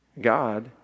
God